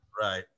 Right